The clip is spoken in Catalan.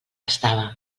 estava